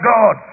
God